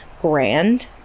grand